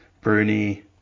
Bruni